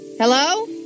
Hello